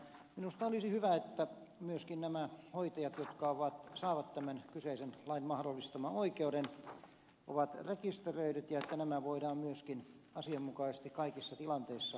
minusta olisi hyvä että myöskin nämä hoitajat jotka saavat tämän kyseisen lain mahdollistaman oi keuden ovat rekisteröityjä ja että nämä voidaan myöskin asianmukaisesti kaikissa tilanteissa tarkistaa